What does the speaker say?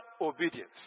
obedience